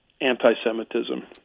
anti-Semitism